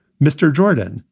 mr. jordan.